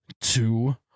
two